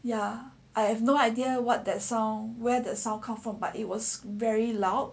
ya I have no idea what that song where the sound come from but it was very loud